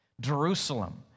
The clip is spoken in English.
Jerusalem